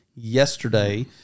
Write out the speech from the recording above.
Yesterday